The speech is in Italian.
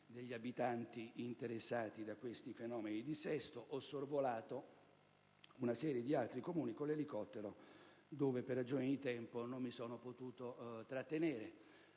degli abitanti interessati da questi fenomeni di dissesto ed ho sorvolato una serie di altri Comuni con l'elicottero, dove per ragioni di tempo non mi sono potuto trattenere.